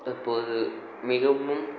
தற்போது மிகவும்